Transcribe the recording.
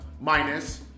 minus